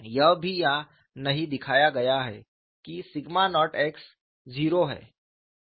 यह भी यहां नहीं दिखाया गया है कि सिग्मा नॉट x 0 है